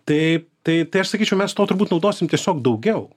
tai tai tai aš sakyčiau mes to turbūt naudosim tiesiog daugiau